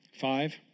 Five